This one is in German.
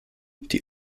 die